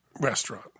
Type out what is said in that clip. restaurant